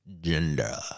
gender